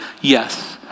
Yes